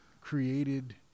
created